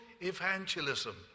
evangelism